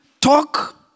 talk